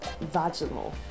vaginal